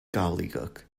gobbledegook